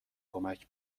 کمک